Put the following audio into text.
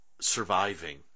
surviving